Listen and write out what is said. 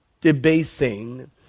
debasing